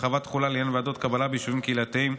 (הרחבת תחולה לעניין ועדות קבלה ביישובים קהילתיים),